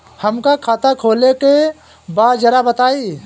हमका खाता खोले के बा जरा बताई?